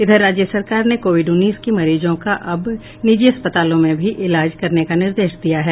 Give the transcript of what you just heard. इधर राज्य सरकार ने कोविड उन्नीस की मरीजों का अब निजी अस्पतालों में भी इलाज करने का निर्देश दिया है